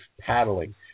paddling